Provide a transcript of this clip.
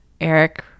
Eric